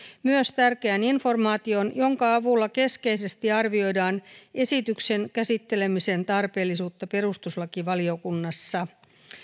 myös tärkeän informaation jonka avulla keskeisesti arvioidaan esityksen käsittelemisen tarpeellisuutta perustuslakivaliokunnassa